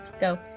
go